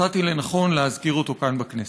מצאתי לנכון להזכיר אותו כאן, בכנסת.